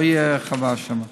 לא תהיה הרחבה שם.